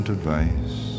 advice